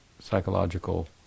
psychological